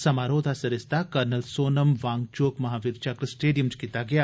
समारोह दा सरिस्ता कर्नल सोनम वांगचोक महावीरचक्र स्टेडियम च कीता गेया